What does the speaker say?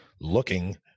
looking